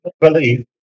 Believe